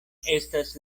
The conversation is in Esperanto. estas